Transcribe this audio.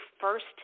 first